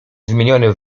zmieniony